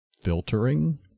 filtering